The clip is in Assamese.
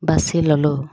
বাচি ল'লোঁ